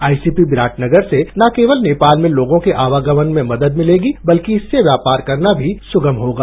ICP Biratnagar से न केवल नेपाल में लोगों के आवागमन में मदद मिलेगी बल्कि इससे व्यापार करना भी सुगम होगा